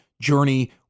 journey